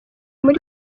muri